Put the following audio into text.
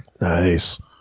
nice